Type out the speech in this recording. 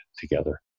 together